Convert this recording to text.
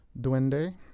Duende